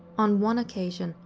on one occasion,